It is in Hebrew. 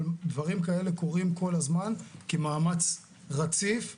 אבל דברים כאלה קורים כל הזמן כמאמץ רציף ומתמשך.